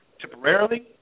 temporarily